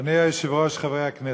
אדוני היושב-ראש, חברי הכנסת,